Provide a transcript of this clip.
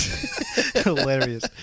Hilarious